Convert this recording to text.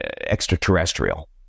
extraterrestrial